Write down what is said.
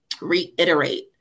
reiterate